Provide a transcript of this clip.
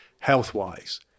health-wise